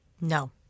No